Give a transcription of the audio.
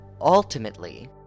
Ultimately